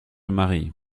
marie